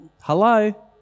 hello